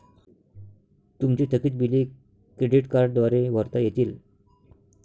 तुमची थकीत बिले क्रेडिट कार्डद्वारे भरता येतील